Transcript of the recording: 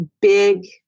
big